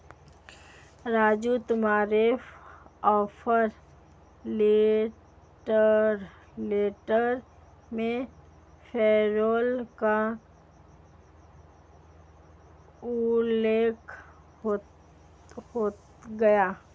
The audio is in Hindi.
राजू तुम्हारे ऑफर लेटर में पैरोल का उल्लेख होगा